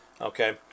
Okay